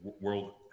World